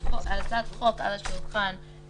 אם אתם לוקחים על עצמכם אתם צריכים לסגור את זה ביניכם,